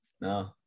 No